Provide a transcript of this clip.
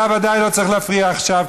אתה ודאי לא צריך להפריע עכשיו,